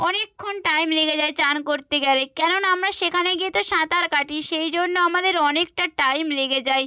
অনেকক্ষণ টাইম লেগে যায় চান করতে গেলে কেননা আমরা সেখানে গিয়ে তো সাঁতার কাটি সেই জন্য আমাদের অনেকটা টাইম লেগে যায়